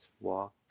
walk